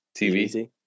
TV